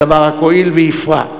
והדבר רק הועיל והפרה.